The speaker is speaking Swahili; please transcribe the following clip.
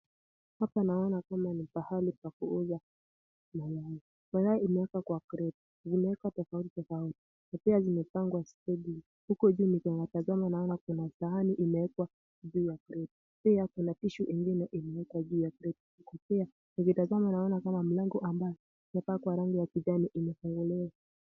Hapa naona kama ni pahali pa kuuza mayai. Mayai imewekwa kwa kreti, imewekwa tofauti tofauti, na pia zimepangwa stendini. Huku hivi nikitazama naona kuna sahani imewekwa juu ya friji, pia kuna tishu ingine imewekwa juu ya friji. Pia nikitazama naona kama kuna mlango iliyopakwa rangi ya kijani, imefunguliwa.